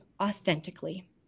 authentically